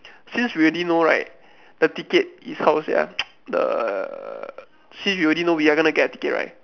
since we already know right the ticket is how sia the since we already know we are going to get a ticket right